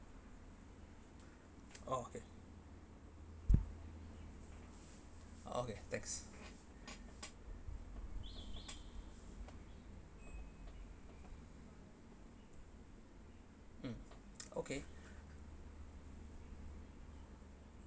oh okay okay thanks mm okay